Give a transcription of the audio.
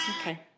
Okay